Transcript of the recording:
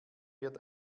wird